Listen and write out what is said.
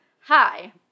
Hi